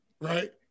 right